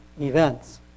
events